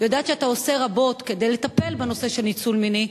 יודעת שאתה עושה רבות כדי לטפל בנושא של ניצול מיני,